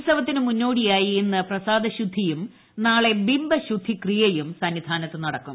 ഉത്സവത്തിന് മുന്നോടിയായി ഇന്ന് പ്രസാദ ശുദ്ധിയും നാളെ ബിംബ ശുദ്ധി ക്രിയയും സന്നിധാനത്ത് നടക്കും